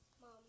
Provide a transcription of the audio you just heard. Mom